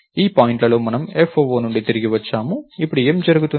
ఈ పాయింట్లో మనము foo నుండి తిరిగి వచ్చాము ఇప్పుడు ఏమి జరుగుతుంది